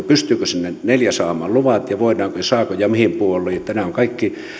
pystyykö sinne neljä saamaan luvat ensimmäisellä viikolla heinäkuusta ja voidaanko saadaanko ja mihin pooliin eli nämä ovat kaikki